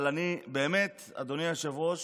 אבל אני באמת, אדוני היושב-ראש,